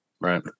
Right